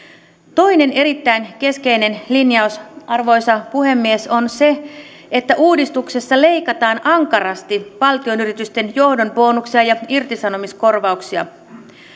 toinen erittäin keskeinen linjaus arvoisa puhemies on se että uudistuksessa leikataan ankarasti valtionyritysten johdon bonuksia ja irtisanomiskorvauksia